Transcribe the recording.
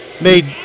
made